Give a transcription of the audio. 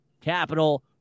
capital